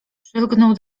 przylgnął